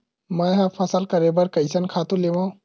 मैं ह फसल करे बर कइसन खातु लेवां?